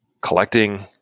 collecting